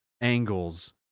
angles